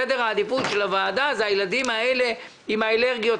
סדר העדיפות של הוועדה זה הילדים האלה עם האלרגיות,